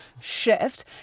shift